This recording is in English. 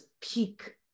peak